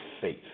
faith